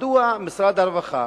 מדוע משרד הרווחה